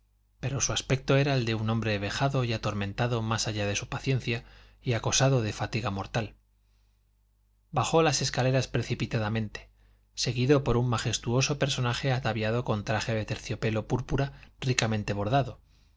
pero su aspecto era el de un hombre vejado y atormentado más allá de su paciencia y acosado de fatiga mortal bajó las escaleras precipitadamente seguido por un majestuoso personaje ataviado con traje de terciopelo púrpura ricamente bordado